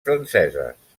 franceses